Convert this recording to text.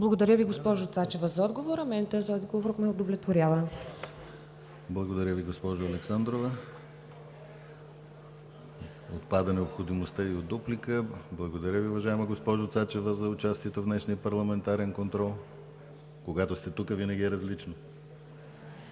Благодаря Ви, госпожо Цачева, за отговора. Мен този отговор ме удовлетворява. ПРЕДСЕДАТЕЛ ДИМИТЪР ГЛАВЧЕВ: Благодаря Ви, госпожо Александрова. Отпада необходимостта и от дуплика. Благодаря Ви, уважаема госпожо Цачева, за участието в днешния парламентарен контрол. Когато сте тук, винаги е различно.